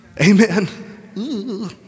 Amen